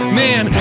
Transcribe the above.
man